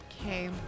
Okay